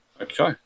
Okay